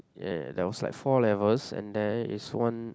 ya there was like four levels and there is one